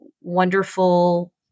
wonderful